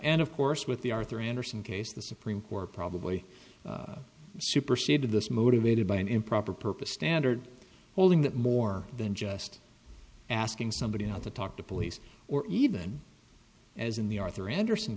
and of course with the arthur andersen case the supreme court probably superseded this motivated by an improper purpose standard holding that more than just asking somebody not to talk to police or even as in the arthur andersen